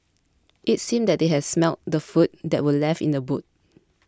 it seemed that they had smelt the food that were left in the boot